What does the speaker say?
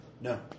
No